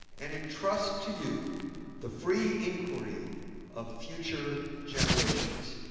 and entrust to you the free inquiry of future generations.